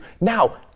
Now